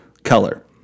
color